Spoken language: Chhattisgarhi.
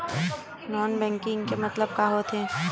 नॉन बैंकिंग के मतलब का होथे?